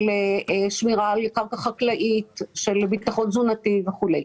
של שמירה על קרקע חקלאית, של ביטחון תזונתי וכולי.